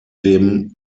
dem